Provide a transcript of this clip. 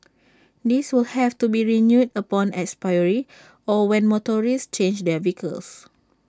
this will have to be renewed upon expiry or when motorists change their vehicles